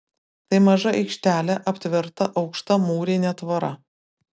tai maža aikštelė aptverta aukšta mūrine tvora